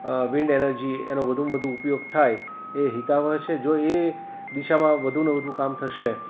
wind energy એનો વધુમાં વધુ ઉપયોગ થાય એ હિતાવહ છે જો એ દિશામાં વધુ ને વધુ કામ થશે